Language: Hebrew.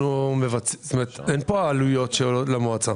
זאת אומרת, אין פה עלויות למועצה.